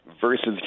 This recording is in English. versus